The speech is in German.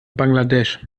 bangladesch